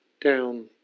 down